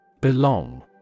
Belong